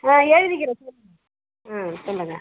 ஆ எழுதிக்கிறேன் சார் ஆ சொல்லுங்க